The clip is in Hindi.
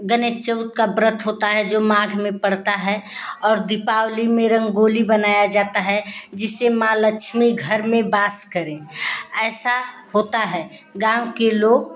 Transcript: गणेश चौथ का व्रत होता है जो माघ में पड़ता है और दीपावली में रंगोली बनाया जाता है जिससे माँ लक्ष्मी घर में बास करें ऐसा होता है गाँव के लोग